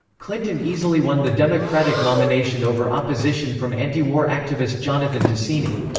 clinton easily won the democratic nomination over opposition from antiwar activist jonathan tasini.